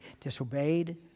disobeyed